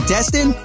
Destin